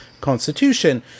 Constitution